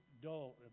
dull